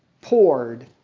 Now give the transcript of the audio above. poured